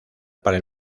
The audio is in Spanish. para